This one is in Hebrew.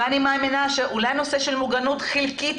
ואני מאמינה שאולי נושא של מוגנות חלקית